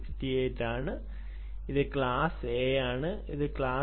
168 ആണ് ഇത് class A ആണ് ഇതാണ് ക്ലാസ് ബി